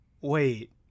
wait